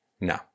No